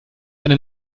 eine